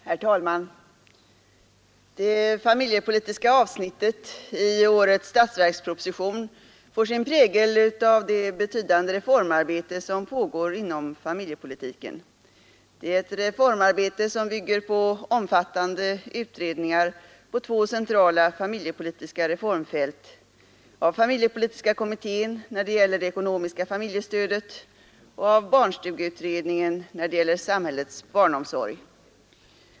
Herr talman! Det familjepolitiska avsnittet i årets statsverksproposition får sin prägel av det betydande reformarbete som pågår inom familjepolitiken. Det är ett reformarbete som bygger på omfattande utredningar på två centrala familjepolitiska reformfält — av familjepolitiska kommittén när det gäller det ekonomiska familjestödet och av barnstugeutredningen när det gäller samhällets barnomsorg.